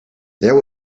there